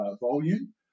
volume